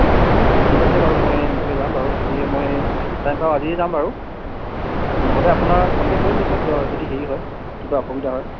অঁ অঁ অঁ অঁ ঠিক আছে বাৰু মই নিশ্চয় যাম বাৰু যদিহে মই টাইম পাওঁ আজিয়ে যাম বাৰু আৰু ন'হলে আপোনাৰ কণ্টেক কৰিম পিছত যদি হেৰি হয় কিবা অসুবিধা হয়